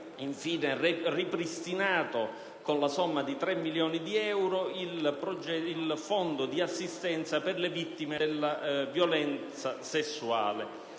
infine ripristinato con la somma di 3 milioni di euro il progetto per il fondo di assistenza per le vittime della violenza sessuale.